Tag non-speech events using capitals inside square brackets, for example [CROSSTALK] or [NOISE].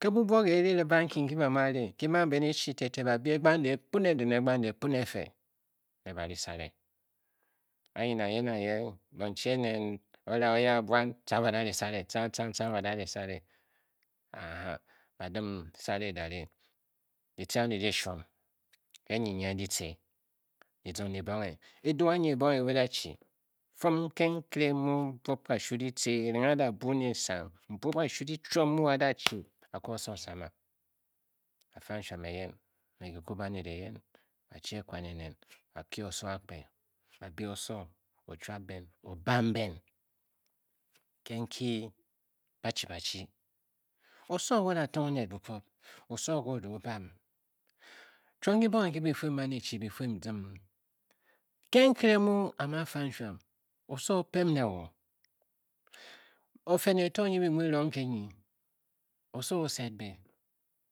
Ke bhbuo ke-e riribe anki nki ba mu a ri ki man ben echi tete ba byi egbang dehkpo ne din egbang dehkpo ne efe ne ba ri sare, anyi nang ye nang ye bonchi enen da ri sare tca tca tcang ba da ri sare [HESITATION] [UNINTELLIGIBLE] ba dim sare e da ri ditce andi di-shuom e nnyi nyeng ditce dizong dibonghe, edu anyi ebonghe ke bida chi fum nke nke re mu mbuob kashu ditce erenghe a da bwung nesang mbuob kashu chuom mu a da chi, a koo oso sama, a fa nshuman eyen ne kucwu baned eyen, ba chi ekwan enen ba kye oso akpe ba bi oso o chuab ben o bam ben, ke nkyi ba chi ba rdyi, oso nke o da tong oned bukwob oso nke o da o bam chuom kibonghe nki byi fii bi man e-chi bi fii bi zim ke nkere mu a mu a fa nshuam oso o-pem ne wo, o fene oto nyi be mu bi rong ke nyi oso oo-sed be